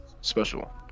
special